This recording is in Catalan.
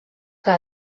que